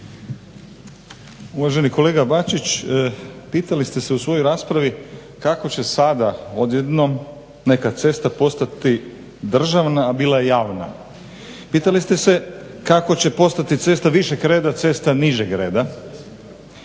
Uvaženi kolega Bačić pitali ste se u svojoj raspravi kako će sada odjednom neka cesta postati državna, a bila je javna? Pitali ste se kako će postati cesta višeg reda cesta nižeg reda,